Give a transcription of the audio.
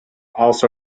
also